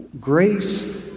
grace